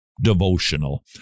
devotional